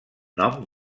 nom